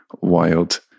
wild